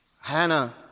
Hannah